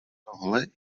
tohle